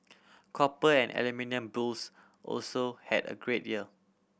copper and aluminium bulls also had a great year